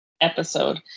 episode